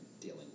dealing